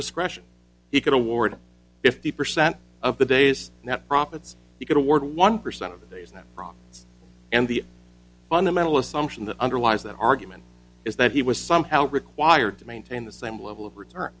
discretion he could award fifty percent of the days that prophets he could award one percent of the days that profit and the fundamental assumption that underlies that argument is that he was somehow required to maintain the same level of return